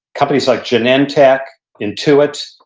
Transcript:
companies like genentech, intuit.